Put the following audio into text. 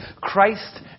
Christ